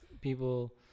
people